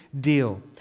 deal